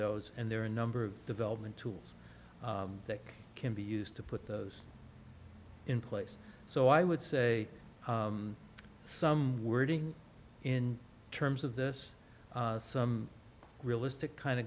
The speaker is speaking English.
those and there are a number of development tools that can be used to put those in place so i would say some wording in terms of this some realistic kind of